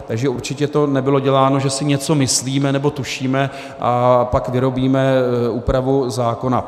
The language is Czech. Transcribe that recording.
Takže určitě to nebylo děláno, že si něco myslíme nebo tušíme, a pak vyrobíme úpravu zákona.